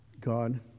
God